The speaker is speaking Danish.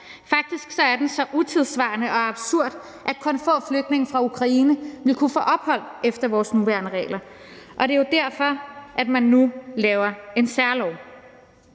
Faktisk er den så utidssvarende og absurd, at kun få flygtninge fra Ukraine ville kunne få ophold efter vores nuværende regler, og det er jo derfor, man nu laver en særlov.